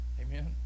Amen